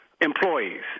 employees